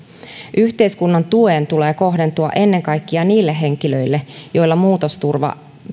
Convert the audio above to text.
yhteiskunnan tuen tulee kohdentua ennen kaikkea niille henkilöille joilla muutosturvan